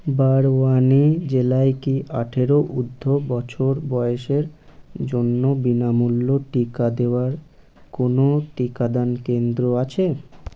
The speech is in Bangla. বারওয়ানি জেলায় কি আঠেরো উর্ধ বছর বয়সের জন্য বিনামূল্য টিকা দেওয়ার কোনও টিকাদান কেন্দ্র আছে